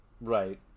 Right